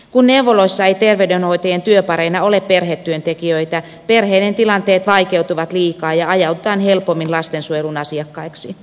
kun neuvoloissa ei terveydenhoitajien työparina ole perhetyöntekijöitä perheiden tilanteet vaikeutuvat liikaa ja ajaudutaan helpommin lastensuojelun asiakkaiksi